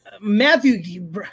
Matthew